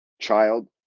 child